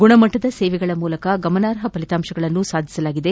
ಗುಣಮಟ್ಟದ ಸೇವೆಗಳ ಮೂಲಕ ಗಮನಾರ್ಹ ಫಲಿತಾಂಶಗಳನ್ನು ಸಾಧಿಸಲಾಗಿದೆ